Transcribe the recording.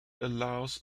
allows